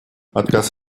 отказ